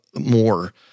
more